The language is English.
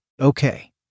okay